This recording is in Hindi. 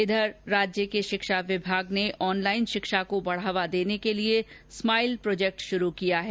इधर राज्य के शिक्षा विभाग ने ऑनलाइन शिक्षा को बढ़ावा देने के लिए स्माइलप्रोजेक्ट शुरू किया है